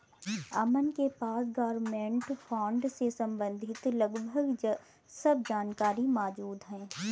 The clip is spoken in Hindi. अमन के पास गवर्मेंट बॉन्ड से सम्बंधित लगभग सब जानकारी मौजूद है